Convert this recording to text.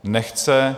Nechce.